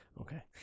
Okay